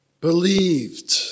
believed